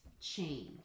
change